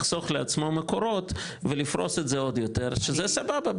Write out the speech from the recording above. לחסוך לעצמו מקורות ולפרוס את זה עוד יותר שזה סבבה,